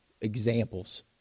examples